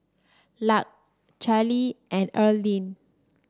Lark Carlie and Erline